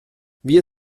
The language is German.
wir